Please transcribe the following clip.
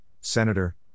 Senator